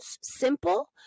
simple